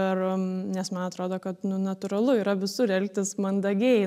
ir nes man atrodo kad nu natūralu yra visur elgtis mandagiai